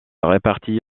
répartit